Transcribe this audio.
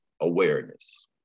awareness